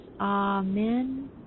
Amen